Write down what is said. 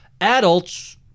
adults